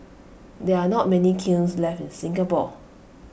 there are not many kilns left in Singapore